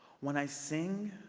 when i sing,